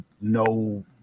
no